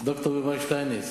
ד"ר יובל שטייניץ.